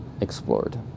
explored